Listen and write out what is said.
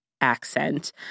accent